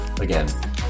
Again